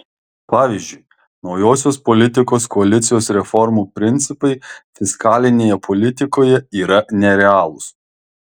pavyzdžiui naujosios politikos koalicijos reformų principai fiskalinėje politikoje yra nerealūs